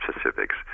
specifics